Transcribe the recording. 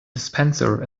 dispenser